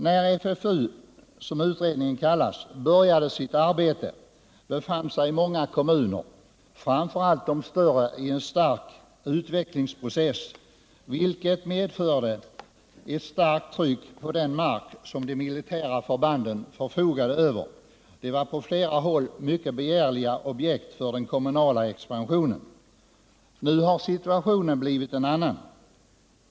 När FFU, som utredningen kallas, började sitt arbete befann sig många kommuner, speciellt de större, i en stark utvecklingsprocess, vilket medförde ett kraftigt tryck på den mark som de militära förbanden förfogade över. Den var på flera håll begärliga objekt för den kommunala expansionen. Nu har situationen blivit en annan.